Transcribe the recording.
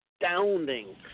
astounding